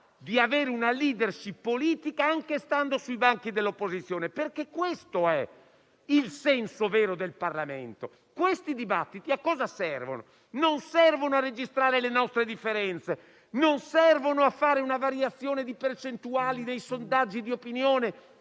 di avere una *leadership* politica anche stando sui banchi dell'opposizione. Questo è il senso vero del Parlamento. A cosa servono questi dibattiti? Non servono a registrare le nostre differenze, non servono a fare una variazione di percentuali dei sondaggi di opinione